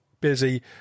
busy